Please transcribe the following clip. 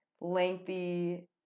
lengthy